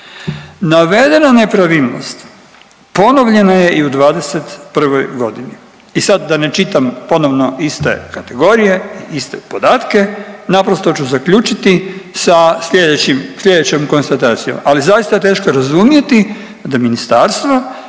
Navedena nepravilnost ponovljena je i u '21.g. i sad da ne čitam ponovno iste kategorije i iste podatke naprosto ću zaključiti sa sljedećom konstatacijom, ali zaista je teško razumjeti da ministarstva